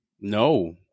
No